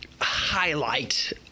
highlight